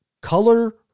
color